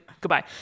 Goodbye